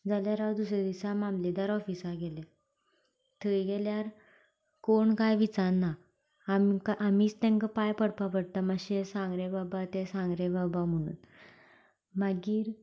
जाल्यार हांव दुसरें दिसा मामलेदार ऑफिसान गेले थंय गेल्यार कोण काय विचारना आमकां आमीच तेंका पांय पडपा पडटा मातशें हें सांग रे बाबा तें सांग रे बाबा म्हणून मागीर